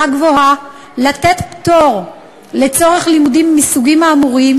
גבוהה לתת פטור לצורך לימודים מהסוגים האמורים,